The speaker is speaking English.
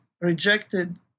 rejected